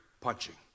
punching